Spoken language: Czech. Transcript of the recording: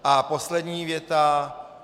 A poslední věta.